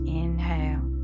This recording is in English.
inhale